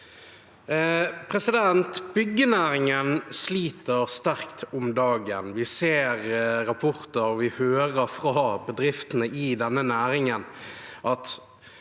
Byggenæringen sliter sterkt om dagen. Vi ser rapporter, og vi hører fra bedriftene i denne næringen at